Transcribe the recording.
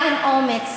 עכשיו משפט אחרון,